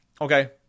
Okay